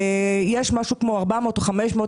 יש משהו כמו 400 או 500,